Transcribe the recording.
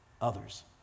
others